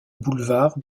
boulevard